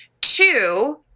Two